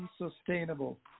unsustainable